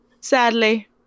sadly